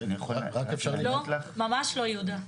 לא, ממש לא יהודה.